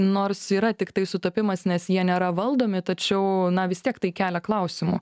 nors yra tiktai sutapimas nes jie nėra valdomi tačiau na vis tiek tai kelia klausimų